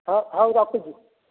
ହେଉ ହେଉ ରଖୁଛି